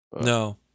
No